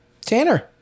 Tanner